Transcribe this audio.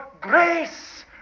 grace